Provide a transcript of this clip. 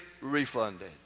refunded